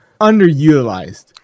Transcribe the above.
underutilized